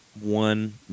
one